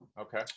Okay